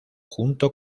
junto